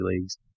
leagues